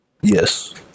Yes